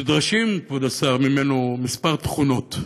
נדרשות ממנו, כבוד השר, כמה תכונות,